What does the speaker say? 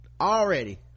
already